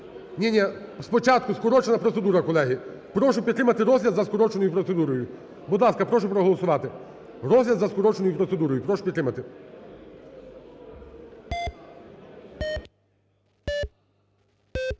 Ні-ні, спочатку скорочена процедура, колеги. Прошу підтримати розгляд за скороченою процедурою. Будь ласка, прошу проголосувати розгляд за скороченою процедурою. Прошу підтримати.